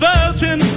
Virgin